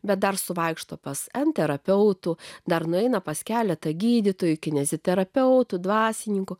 bet dar suvaikšto pas ant terapeutų dar nueina pas keletą gydytojų kineziterapeutų dvasininkų